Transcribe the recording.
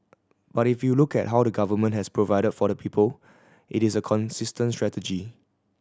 but if you look at how the Government has provided for the people it is a consistent strategy